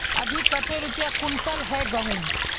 अभी कते रुपया कुंटल है गहुम?